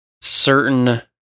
certain